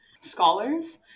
scholars